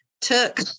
took